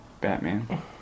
batman